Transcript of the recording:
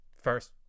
first